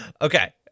Okay